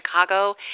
Chicago